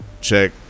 Check